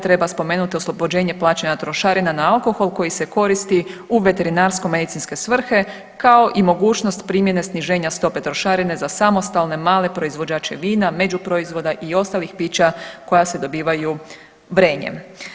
Treba spomenuti oslobođenje plaćanja trošarina na alkohol koji se koristi u veterinarsko-medicinske svrhe kao i mogućnost primjene sniženja stope trošarine za samostalne, male proizvođače vina među proizvoda i ostalih pića koja se dobivaju vrenjem.